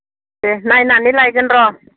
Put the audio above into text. दे नायनानै लायगोन र'